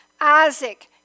Isaac